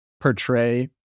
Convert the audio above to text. portray